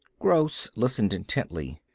gross listened intently.